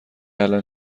الان